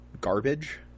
garbage